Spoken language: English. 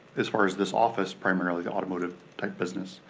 as far as this office, primarily, the automotive-type business.